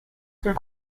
sont